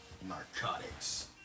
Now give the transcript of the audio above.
Narcotics